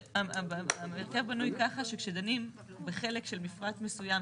ההרכב בנוי ככה שכשדנים בחלק של מפרט מסוים,